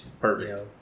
Perfect